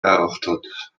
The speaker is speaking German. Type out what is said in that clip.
erörtert